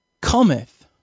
cometh